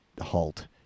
halt